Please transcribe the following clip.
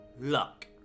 luck